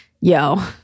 yo